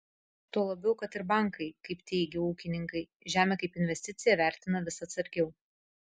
tuo labiau kad ir bankai kaip teigia ūkininkai žemę kaip investiciją vertina vis atsargiau